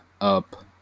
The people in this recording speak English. up